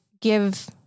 give